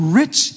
rich